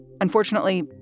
Unfortunately